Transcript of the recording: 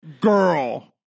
Girl